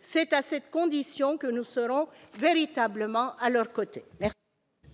C'est à cette condition que nous serons véritablement à leurs côtés.